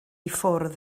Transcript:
ffwrdd